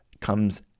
comes